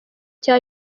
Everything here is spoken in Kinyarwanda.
cya